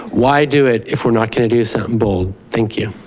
why do it, if we're not going to do something bold? thank you.